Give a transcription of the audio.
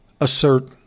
assert